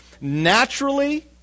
Naturally